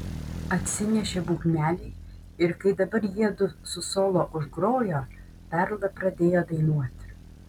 atsinešė būgnelį ir kai dabar jiedu su solo užgrojo perla pradėjo dainuoti